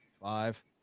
Five